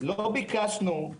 לא ביקשנו,